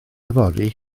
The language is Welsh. yfory